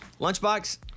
Lunchbox